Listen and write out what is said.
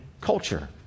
culture